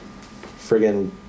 friggin